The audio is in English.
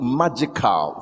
magical